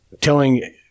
telling